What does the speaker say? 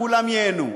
כולם ייהנו.